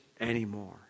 anymore